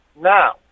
now